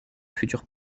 futurs